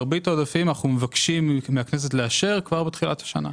מרבית העודפים אנחנו מבקשים מהכנסת לאשר כבר בתחילת השנה.